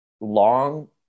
long